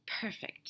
perfect